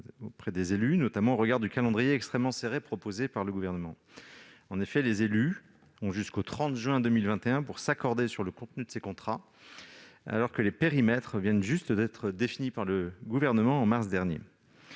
des élus, notamment au regard du calendrier extrêmement serré proposé par le Gouvernement. En effet, les élus ont jusqu'au 30 juin 2021 pour s'accorder sur le contenu de ces contrats, alors que les périmètres viennent juste d'être définis par le Gouvernement en mars dernier.